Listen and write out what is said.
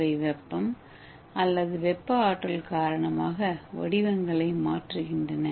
அவை வெப்பம் அல்லது வெப்பஆற்றல் காரணமாக வடிவங்களை மாற்றுகின்றன